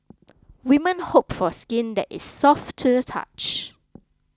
women hope for skin that is soft to the touch